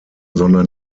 sondern